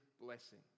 blessing